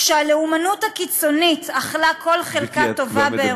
כשהלאומנות הקיצונית אכלה כל חלקה טובה באירופה,